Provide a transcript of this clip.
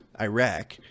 Iraq